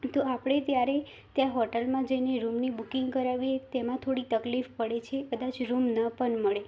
તો આપણે ત્યારે ત્યાં હોટૅલમાં જઇને રુમની બુકિંગ કરાવીએ તેમાં થોડી તકલીફ પડે છે કદાચ રુમ ન પણ મળે